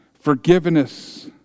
forgiveness